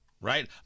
right